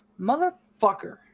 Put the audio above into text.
Motherfucker